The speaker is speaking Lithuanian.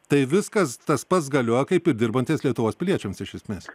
tai viskas tas pats galioja kaip ir dirbantiems lietuvos piliečiams iš esmės